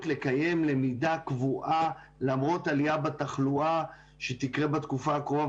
לקיים למידה קבועה למרות העלייה בתחלואה שתקרה בתקופה הקרובה,